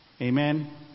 Amen